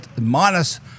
minus